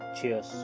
Cheers